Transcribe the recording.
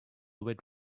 with